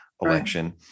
election